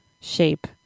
shape